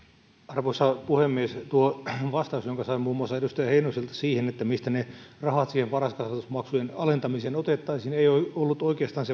arvoisa puhemies tuo vastaus jonka sain muun muassa edustaja heinoselta siihen että mistä ne rahat siihen varhaiskasvatusmaksujen alentamiseen otettaisiin ei ollut oikeastaan